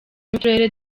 n’uturere